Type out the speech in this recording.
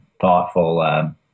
thoughtful